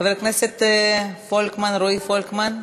חבר הכנסת רועי פולקמן,